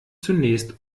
zunächst